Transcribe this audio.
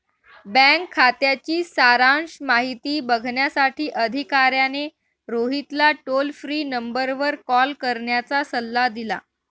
bank खात्याची सारांश माहिती बघण्यासाठी अधिकाऱ्याने रोहितला टोल फ्री नंबरवर कॉल करण्याचा सल्ला दिला